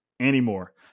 anymore